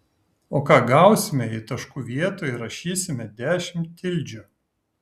o ką gausime jei taškų vietoje įrašysime dešimt tildžių